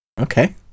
Okay